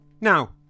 Now